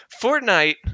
Fortnite